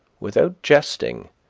without jesting,